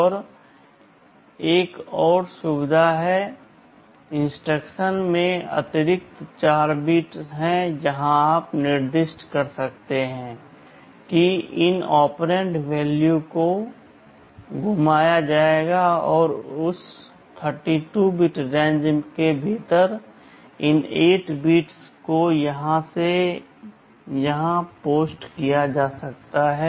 और एक और सुविधा है इंस्ट्रक्शन में अतिरिक्त 4 बिट्स हैं जहां आप निर्दिष्ट कर सकते हैं कि इन ऑपरेंड मान को घुमाया जाएगा और उस 32 बिट रेंज के भीतर इन 8 बिट्स को यहां या यहां या यहां या यहां पोस्ट किया जा सकता है